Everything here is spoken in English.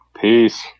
Peace